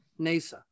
NASA